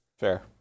Fair